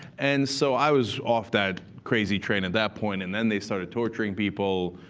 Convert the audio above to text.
and so i was off that crazy train at that point. and then they started torturing people,